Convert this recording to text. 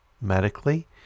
medically